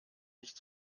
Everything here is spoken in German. nicht